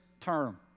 term